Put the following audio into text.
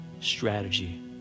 strategy